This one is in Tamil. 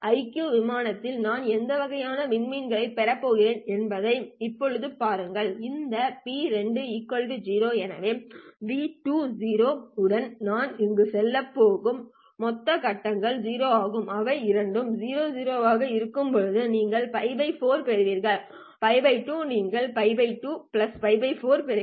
க்யூ விமானத்தில் நான் எந்த வகையான விண்மீன்களைப் பெறப் போகிறேன் என்பதை இப்போது பாருங்கள் இந்த பி 2 0 எனவே b2 0 உடன் நான் இங்கு செல்லப் போகும் மொத்த கட்டங்கள் 0 ஆகும் அவை இரண்டும் 00 ஆக இருக்கும்போது நீங்கள் π 4 பெறுவீர்கள் π 2 நீங்கள் π 2 π 4 பெறுவீர்கள்